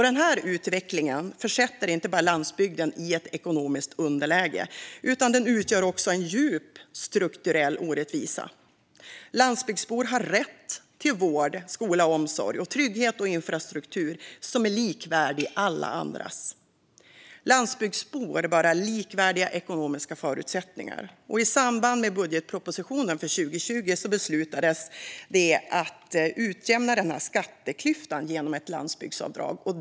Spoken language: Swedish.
Den här utvecklingen leder inte bara till att landsbygden försätts i ett ekonomiskt underläge. Den utgör också en djup strukturell orättvisa. Landsbygdsbor har rätt till vård, skola, omsorg, trygghet och infrastruktur likvärdiga alla andras. Landsbygdsbor bör också ha likvärdiga ekonomiska förutsättningar. I samband med budgetpropositionen för 2020 beslutades att utjämna denna skatteklyfta genom ett landsbygdsavdrag.